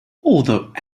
although